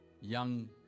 young